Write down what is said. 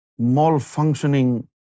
malfunctioning